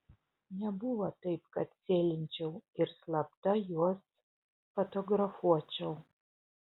nebuvo taip kad sėlinčiau ir slapta juos fotografuočiau